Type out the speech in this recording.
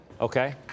Okay